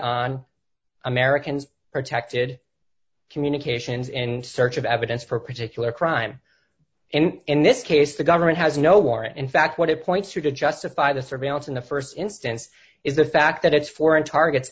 on americans protected communications in search of evidence for a particular crime and in this case the government has no warrant in fact what it points to to justify the surveillance in the st instance is the fact that it's foreign targets